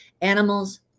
animals